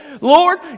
Lord